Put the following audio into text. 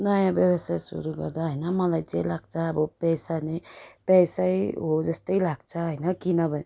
नयाँ व्यवसाय सुरु गर्दा होइन मलाई चाहिँ लाग्छ अब पेसा नै पेसै हो जस्तै लाग्छ होइन किनभने